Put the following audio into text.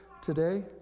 today